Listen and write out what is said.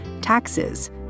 taxes